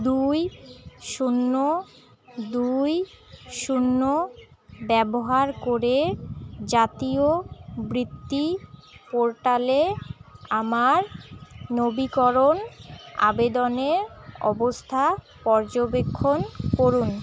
দুই শূন্য দুই শূন্য ব্যবহার করে জাতীয় বৃত্তি পোর্টালে আমার নবীকরণ আবেদনের অবস্থা পর্যবেক্ষণ করুন